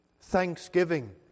thanksgiving